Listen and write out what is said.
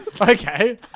Okay